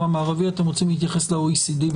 המערבי - אם אתם רוצים להתייחס ל-OECD,